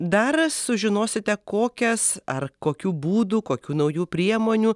dar sužinosite kokias ar kokiu būdu kokių naujų priemonių